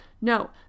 no